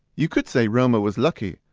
you could say romer was lucky.